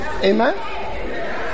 Amen